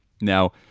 Now